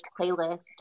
playlist